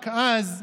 רק אז יהיה: